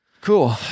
Cool